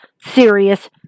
serious